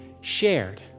shared